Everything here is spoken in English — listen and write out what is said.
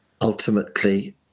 ultimately